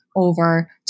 over